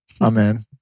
Amen